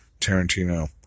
Tarantino